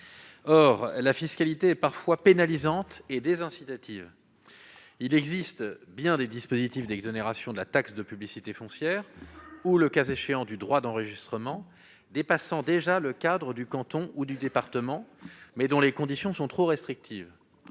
Or la fiscalité est parfois pénalisante et désincitative. Il existe bien des dispositifs d'exonération de la taxe de publicité foncière ou, le cas échéant, du droit d'enregistrement, dépassant déjà le cadre du canton ou du département, mais dont les conditions sont trop restrictives.